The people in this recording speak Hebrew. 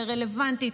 לרלוונטית,